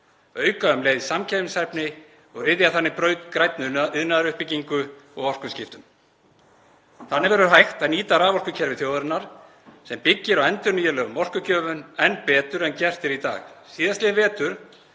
þarf um leið samkeppnishæfni og ryðja þannig braut grænnar iðnaðaruppbyggingar og orkuskipta. Þannig verður hægt að nýta raforkukerfi þjóðarinnar sem byggir á endurnýjanlegum orkugjöfum enn betur en gert er í dag. Síðastliðinn vetur